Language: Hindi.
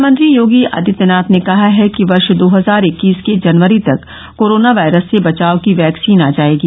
मुख्यमंत्री योगी आदित्यनाथ ने कहा है कि वर्ष दो हजार इक्कीस के जनवरी तक कोरोना वायरस से बचाव की वैक्सीन आ जाएगी